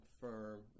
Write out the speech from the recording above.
firm